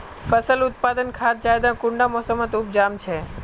फसल उत्पादन खाद ज्यादा कुंडा मोसमोत उपजाम छै?